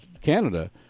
Canada